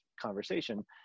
conversation